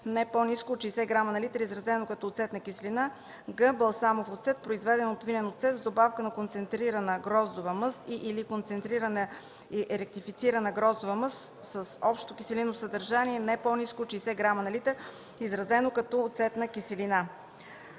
не по-ниско от 60 грама на литър, изразено като оцетна киселина; г) „балсамов оцет”, произведен от винен оцет с добавка на концентрирана гроздова мъст и/или концентрирана и ректифицирана гроздова мъст с общо киселинно съдържание не по-ниско от 60 грама на литър, изразено като оцетна киселина.”